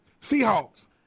Seahawks